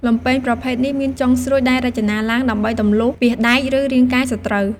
លំពែងប្រភេទនេះមានចុងស្រួចដែលរចនាឡើងដើម្បីទម្លុះពាសដែក ឬរាងកាយសត្រូវ។